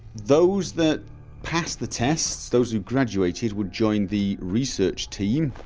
those that passed the tests those who graduated would join the research team